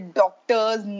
doctors